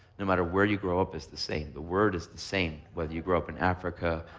no matter where you grow up is the same. the word is the same whether you grow up in africa,